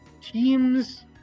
Teams